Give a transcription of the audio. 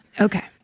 okay